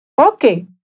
Okay